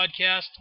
podcast